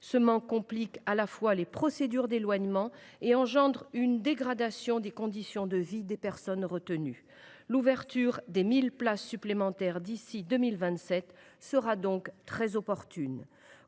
tel manque complique les procédures d’éloignement tout en causant une dégradation des conditions de vie des personnes retenues. L’ouverture des 1 000 places supplémentaires prévues d’ici à 2027 sera donc très opportune.